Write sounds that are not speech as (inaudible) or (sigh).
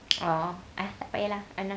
(noise) orh ah tak payah lah ana